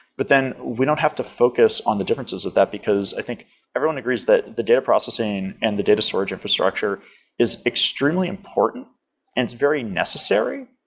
but then we don't have to focus on the differences of that, because i think everyone agrees that the data processing and the data storage infrastructure is extremely important and it's very necessary.